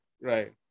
Right